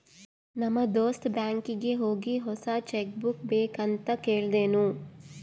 ನಮ್ ದೋಸ್ತ ಬ್ಯಾಂಕೀಗಿ ಹೋಗಿ ಹೊಸಾ ಚೆಕ್ ಬುಕ್ ಬೇಕ್ ಅಂತ್ ಕೇಳ್ದೂನು